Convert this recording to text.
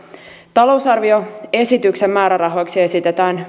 talousarvioesityksen määrärahoiksi esitetään